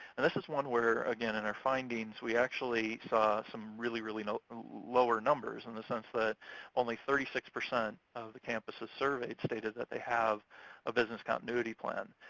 and this is one where, again, in our findings, we actually saw some really, really lower numbers in the sense that only thirty six percent of the campuses surveyed stated that they have a business continuity plan.